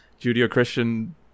Judeo-Christian